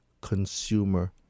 consumer